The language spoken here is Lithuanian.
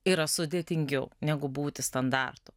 yra sudėtingiau negu būti standartu